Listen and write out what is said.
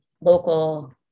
local